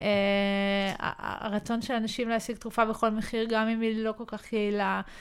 הרצון של אנשים להשיג תרופה בכל מחיר גם אם היא לא כל כך יעילה.